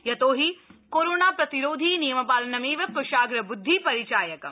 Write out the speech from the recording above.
यतोहि कोरोना प्रतिरोधी नियमपालनमेव क्शाग्रब्द्धि परिचायकम्